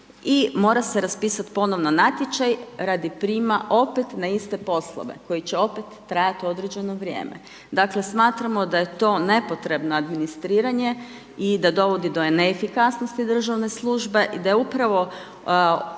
mora se raspisati ponovno natječaj radi prijema opet na iste poslove koji će opet trajati određeno vrijeme. Dakle smatramo da je to nepotrebno administriranje i da dovodi do neefikasnosti državne službe i da upravo ovom